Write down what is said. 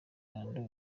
lando